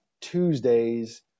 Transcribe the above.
Tuesdays